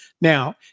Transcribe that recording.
Now